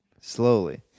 Slowly